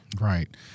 Right